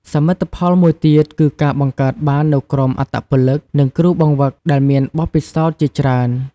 សមិទ្ធផលមួយទៀតគឺការបង្កើតបាននូវក្រុមអត្តពលិក និងគ្រូបង្វឹកដែលមានបទពិសោធន៍ជាច្រើន ។